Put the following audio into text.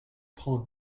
prends